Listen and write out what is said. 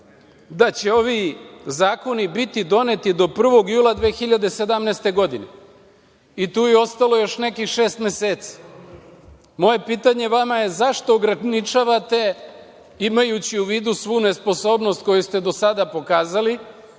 da će ovi zakoni biti doneti do 1. jula 2017. godine. Tu je ostalo još nekih šest meseci. Moje pitanje vama je – zašto ograničavate, imajući u vidu svu nesposobnost koju ste do sada pokazali